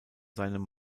seinem